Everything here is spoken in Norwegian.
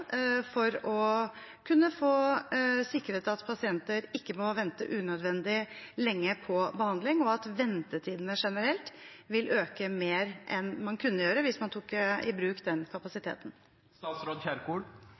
for å kunne få sikret at pasienter ikke må vente unødvendig lenge på behandling? Vil ikke ventetidene generelt øke mer enn de kunne gjøre hvis man tok i bruk den